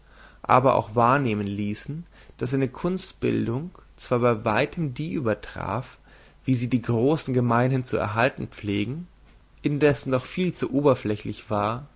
aber auch wahrnehmen ließen daß seine kunstbildung zwar bei weitem die übertraf wie sie die großen gemeinhin zu erhalten pflegen indessen doch viel zu oberflächlich war